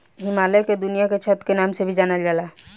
हिमालय के दुनिया के छत के नाम से भी जानल जाला